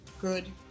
Good